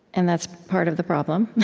and that's part of the problem,